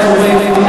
איך אומרים,